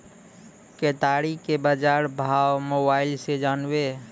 केताड़ी के बाजार भाव मोबाइल से जानवे?